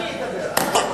אל תקשה עלי יותר, שמעת?